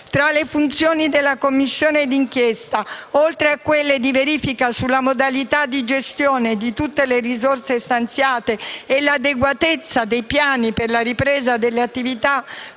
Tra le funzioni della Commissione d'inchiesta, oltre a quelle di verifica sulle modalità di gestione di tutte le risorse stanziate e l'adeguatezza dei piani per la ripresa delle attività